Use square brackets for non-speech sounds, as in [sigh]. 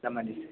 [unintelligible]